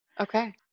okay